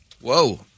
Whoa